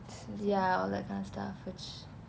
ya all that kind of stuff which